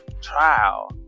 trial